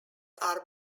are